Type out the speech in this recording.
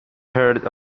heard